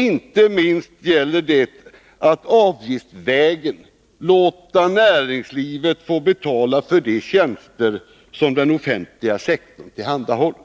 Inte minst gäller det att avgiftsvägen låta näringslivet få betala för de tjänster som den offentliga sektorn tillhandahåller.